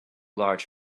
large